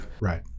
Right